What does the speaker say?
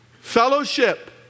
fellowship